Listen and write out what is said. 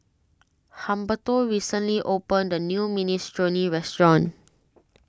Humberto recently opened a new Minestrone restaurant